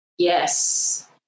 Yes